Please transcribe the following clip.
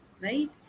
right